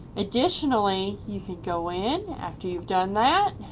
additionally you can go in after you've done that